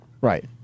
Right